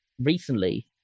recently